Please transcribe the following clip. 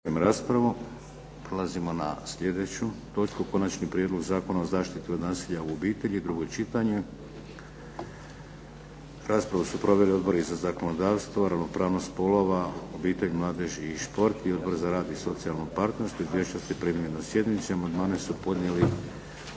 Vladimir (HDZ)** Prelazimo na sljedeću točku - Konačni prijedlog Zakona o zaštiti od nasilja u obitelj, drugo čitanje, P.Z. broj 386 Raspravu su proveli Odbori za zakonodavstvo, ravnopravnost spolova, obitelj, mladež i šport i Odbor za rad i socijalno partnerstvo. Izvješća ste primili na sjednici. Amandmane su podnijeli